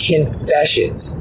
confessions